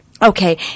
Okay